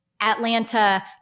Atlanta